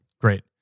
Great